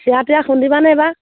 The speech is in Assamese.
চিৰা তিৰা খুন্দিবানে এইবাৰ